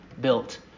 built